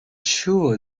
sure